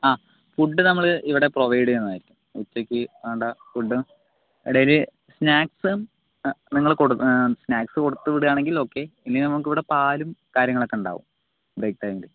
ആ ഫുഡ് നമ്മളിവിടെ പ്രൊവൈഡ് ചെയ്യുന്നതായിരിക്കും ഉച്ചക്കുവേണ്ട ഫുഡും ഇടയിൽ സ്നാക്സും നിങ്ങള് കൊടു സ്നാക്ക്സ് കൊടുത്തുവിടാൻ ഓക്കേ അല്ലെങ്കിൽ നമുക്കിവിടെ പാലും കാര്യങ്ങളൊക്കെ ഉണ്ടാവും ബ്രേക്ക്ടൈമിൽ